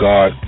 God